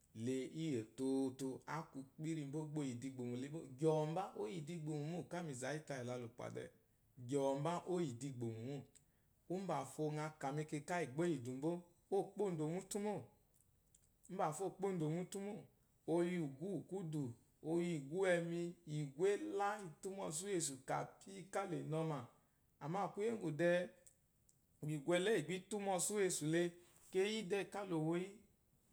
Le, íyì òtoto, a kwu kpííríi mbó gbá o yi ìdigbòmò le mò, gyɔ̀ɔ̀ mbá, o yi ìdù igbòmò mô, káa mì zà yí tàyì la lù pwà dɛ. Gyɔ̀ɔ̀ mbá, o yi ìdù igbòmò mô. Úmbàfo ŋa kà mɛkɛkà íyì ègbó íyì ìdù mbó, óo kpóondò mútú mô, úmbàfo óo kpóondò mútú mô. O yi ùgwù úwù kwúdù, o yi ùgwù úwù ɛmi, ìgwù ɛlá i tú mɔsú wesù kàpí ká la è nɔmà. Àmâ kwúyé ŋgwù dɛɛ ìgwù ɛlɛ íyì gbà í tú mɔsú wesù le keyí dɛɛ ká lò wo yì